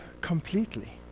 completely